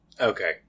Okay